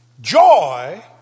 joy